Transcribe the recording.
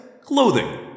Clothing